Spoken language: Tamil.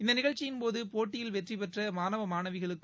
இந்த நிகழ்ச்சியின்போது போட்டியில் வெற்றிபெற்ற மாணவ மாணவிகளுக்கும்